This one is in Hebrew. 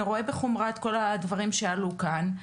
אני רואה בחומרה את כל הדברים שעלו כאן.